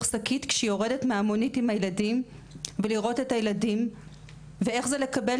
שקית כשהיא יורדת מהמונית עם הילדים ולראות את הילדים ואיך זה לקבל